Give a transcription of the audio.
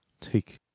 take